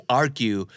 argue